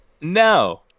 no